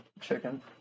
Chicken